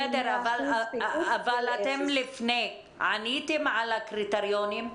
בסדר, אבל לפני, אתם עניתם על הקריטריונים?